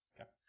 okay